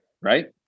Right